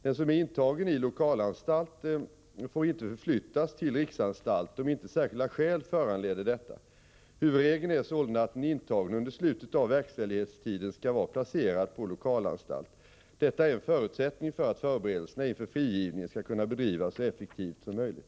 Den som är intagen i lokalanstalt får inte förflyttas till riksanstalt, om inte särskilda skäl föranleder detta. Huvudregeln är sålunda att den intagne under slutet av verkställighetstiden skall vara placerad på lokalanstalt. Detta är en förutsättning för att förberedelserna inför frigivningen skall kunna bedrivas så effektivt som möjligt.